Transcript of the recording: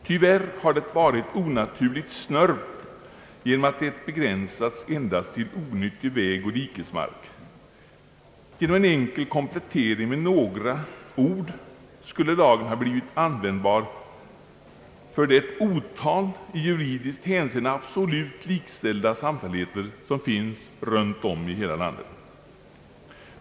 Tyvärr har det varit onaturligt snörpt genom att det begränsats enbart till onyttig vägoch dikesmark. Genom en enkel komplettering, bara med några ord, skulle lagen ha blivit användbar för det otal i juridiskt hänseende absolut likställda samfälligheter som finns runtom i landet.